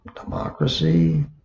democracy